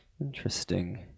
interesting